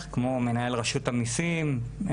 זאת אומרת הם מסיימים את